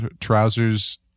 trousers